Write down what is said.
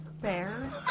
bear